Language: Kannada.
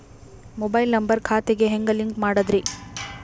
ಮೊಬೈಲ್ ನಂಬರ್ ಖಾತೆ ಗೆ ಹೆಂಗ್ ಲಿಂಕ್ ಮಾಡದ್ರಿ?